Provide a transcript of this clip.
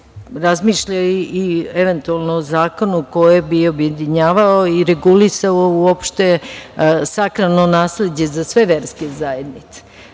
razmišlja i eventualno, o zakonu koji bi objedinjavao i regulisao uopšte sakralno nasleđe za sve verske zajednice. Tako